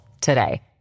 today